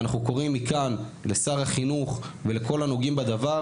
ואנחנו קוראים מכאן לשר החינוך ולכל הנוגעים בדבר